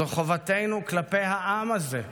זו חובתנו כלפי העם הזה,